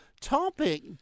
topic